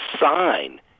sign